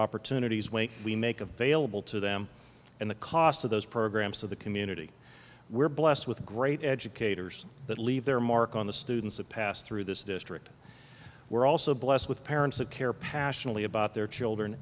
opportunities way we make available to them and the cost of those programs to the community we're blessed with great educators that leave their mark on the students a pass through this district we're also blessed with parents that care passionately about their children